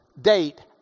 date